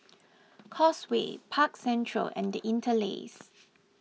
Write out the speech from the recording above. Causeway Park Central and the Interlace